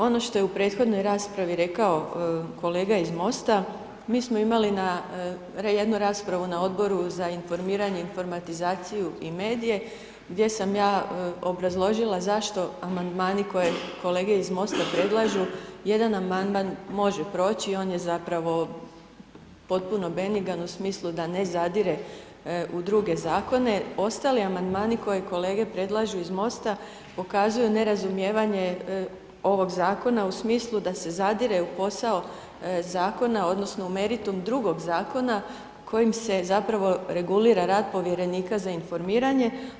Ono što je prethodnoj raspravi rekao kolega iz MOST-a, mi smo imali jednu raspravu na Odboru za informiranje, informatizaciju i medije, gdje sam ja obrazložila zašto amandmani koji kolege iz MOST-a predlažu, jedan amandman može proći, on je zapravo potpuno benigan u smislu da ne zadire u druge zakone, ostali amandmani koje kolege predlažu iz MOST-a, pokazuju nerazumijevanje ovog zakona u smislu da se zadire u posao zakona odnosno meritum drugog zakona kojim se zapravo regulira rad povjerenika za informiranje.